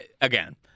again